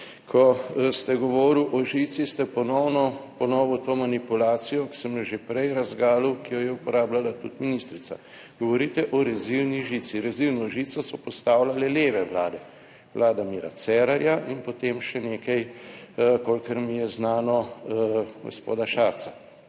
Ko ste govoril o žici ste ponovno ponovil to manipulacijo, ki sem jo že prej razgalil, ki jo je uporabljala tudi ministrica. Govorite o rezilni žici. Rezilno žico so postavljale leve vlade, Vlada Mira Cerarja in potem še nekaj, kolikor mi je znano, gospoda Šarca,